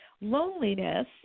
Loneliness